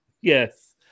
Yes